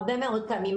הרבה מאוד פעמים.